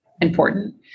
important